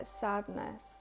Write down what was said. sadness